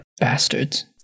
Bastards